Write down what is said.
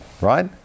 right